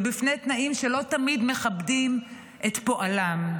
ובפני תנאים שלא תמיד מכבדים את פועלם.